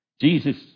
Jesus